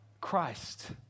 Christ